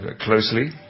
closely